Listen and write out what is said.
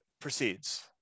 proceeds